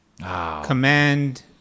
Command